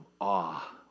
awe